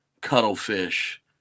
cuttlefish